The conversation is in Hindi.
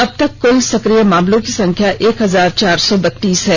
अब तक कल सक्रिय मामलों की संख्या एक हजार चार सौ बत्तीस है